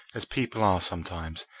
as people are sometimes,